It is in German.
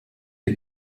der